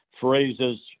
phrases